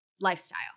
lifestyle